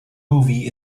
movie